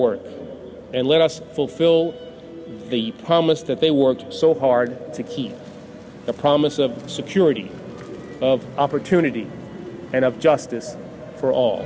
work and let us fulfill the promise that they worked so hard to keep the promise of security opportunity and justice for all